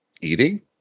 Eating